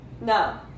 No